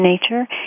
Nature